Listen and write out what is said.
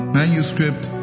manuscript